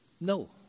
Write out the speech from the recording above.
No